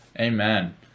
Amen